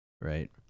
right